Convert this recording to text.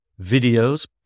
videos